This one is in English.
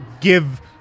give